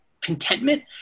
contentment